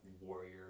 Warrior